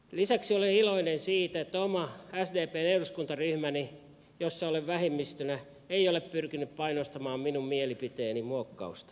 lisäksi olen iloinen siitä että oma sdpn eduskuntaryhmäni jossa olen vähemmistönä ei ole pyrkinyt painostamaan minun mielipiteeni muokkausta